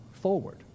forward